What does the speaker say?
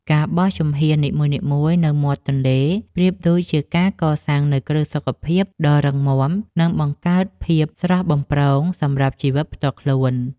ការបោះជំហាននីមួយៗនៅមាត់ទន្លេប្រៀបដូចជាការកសាងនូវគ្រឹះសុខភាពដ៏រឹងមាំ និង បង្កើតភាពស្រស់បំព្រងសម្រាប់ជីវិតផ្ទាល់ខ្លួន។